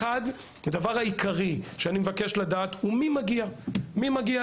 הדבר העיקרי שאני מבקש לדעת הוא מי מגיע להר?